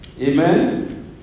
Amen